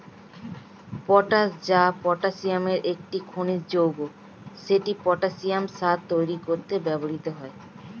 potash, যা পটাসিয়ামের একটি খনিজ যৌগ, সেটি পটাসিয়াম সার তৈরি করতে ব্যবহৃত হয়